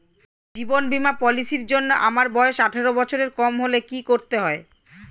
জীবন বীমা পলিসি র জন্যে আমার বয়স আঠারো বছরের কম হলে কি করতে হয়?